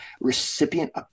recipient